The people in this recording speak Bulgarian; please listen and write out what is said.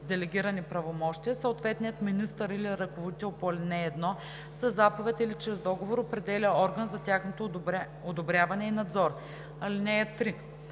делегирани правомощия, съответният министър или ръководител по ал. 1 със заповед или чрез договор определя орган за тяхното одобряване и надзор. (3)